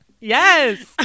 yes